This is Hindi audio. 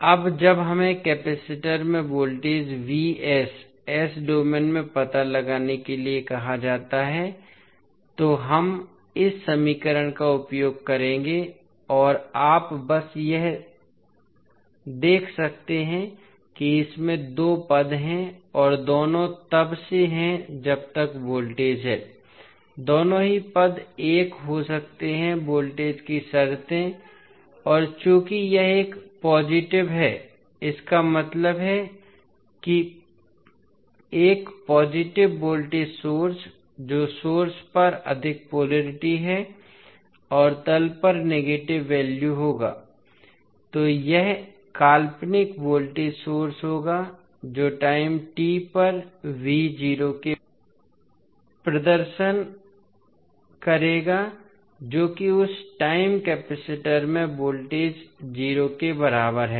अब जब हमें कपैसिटर में वोल्टेज s डोमेन में पता लगाने के लिए कहा जाता है तो हम इस समीकरण का उपयोग करेंगे और आप बस यह देख सकते हैं कि इसमें दो पद हैं और दोनों तब से हैं जब तक वोल्टेज है दोनों ही पद एक हो सकते हैं वोल्टेज की शर्तें और चूंकि यह एक पॉज़िटिव है इसका मतलब है कि एक पॉज़िटिव वोल्टेज सोर्स जो शीर्ष पर अधिक पोलेरिटी है और तल पर नेगेटिव वैल्यू होगा तो यह काल्पनिक वोल्टेज सोर्स होगा जो टाइम t पर v 0 के बराबर है s जो उस प्रारंभिक स्थिति का प्रदर्शन करेगा जो कि उस टाइम कपैसिटर में वोल्टेज 0 के बराबर है